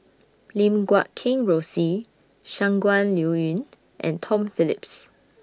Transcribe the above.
Lim Guat Kheng Rosie Shangguan Liuyun and Tom Phillips